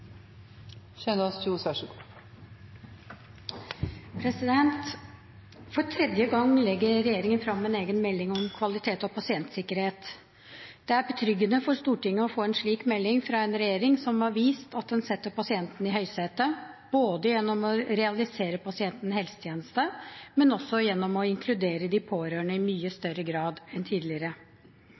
betryggende for Stortinget å få en slik melding fra en regjering som har vist at den setter pasienten i høysetet, både gjennom å realisere pasientens helsetjeneste og gjennom å inkludere de pårørende i mye større grad enn tidligere.